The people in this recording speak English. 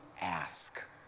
ask